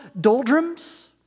doldrums